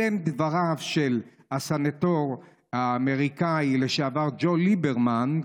אלה הם דבריו של הסנטור האמריקני לשעבר ג'ו ליברמן,